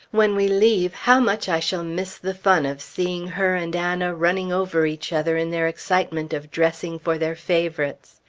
when we leave, how much i shall miss the fun of seeing her and anna running over each other in their excitement of dressing for their favorites.